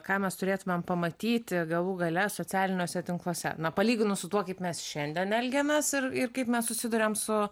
ką mes turėtumėm pamatyti galų gale socialiniuose tinkluose na palyginus su tuo kaip mes šiandien elgiamės ir ir kaip mes susiduriam su